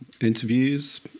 interviews